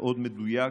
מאוד מדויק,